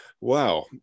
wow